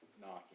knocking